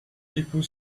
people